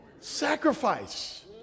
sacrifice